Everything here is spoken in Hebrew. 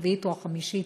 הרביעית או החמישית